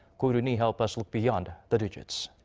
ko roon-hee help us look beyond the digits.